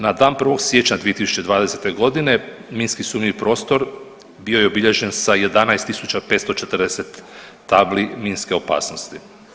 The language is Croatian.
Na dan 1. siječnja 2020.g. minski sumnjivi prostor bio je obilježen sa 11.540 tabli minske opasnosti.